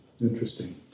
interesting